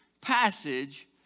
passage